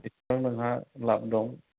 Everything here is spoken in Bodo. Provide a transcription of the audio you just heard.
एसेबां नोंहा लाभ दं